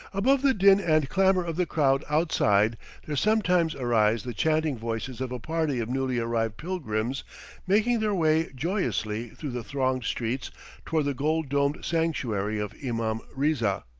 above the din and clamor of the crowd outside there sometimes arise the chanting voices of a party of newly arrived pilgrims making their way joyously through the thronged streets toward the gold-domed sanctuary of imam riza,